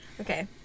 okay